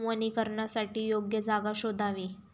वनीकरणासाठी योग्य जागा शोधावी